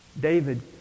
David